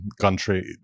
country